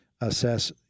assess